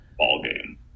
ballgame